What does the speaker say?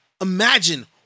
imagine